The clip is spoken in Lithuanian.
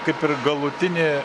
kaip ir galutinė